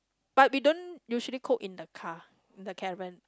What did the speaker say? but we don't usually cook in the car the caravan